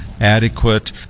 adequate